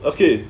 okay